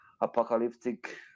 apocalyptic